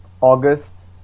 August